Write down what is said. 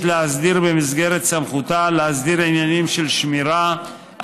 להסדיר במסגרת סמכותה להסדיר עניינים של שמירה,